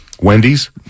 Wendy's